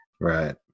Right